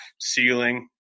ceiling